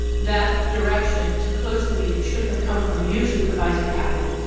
that direction to close the meeting should have come from you, supervisor caput.